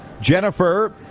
Jennifer